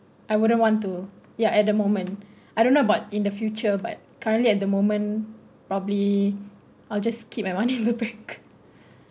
I wouldn't want to ya at the moment I don't know but in the future but currently at the moment probably I'll just keep my money in the bank